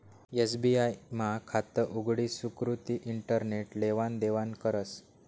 SBI मा खातं उघडी सुकृती इंटरनेट लेवान देवानं करस